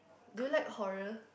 do you like horror